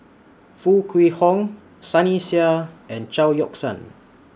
Foo Kwee Horng Sunny Sia and Chao Yoke San